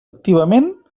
activament